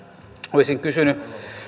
olisin kysynyt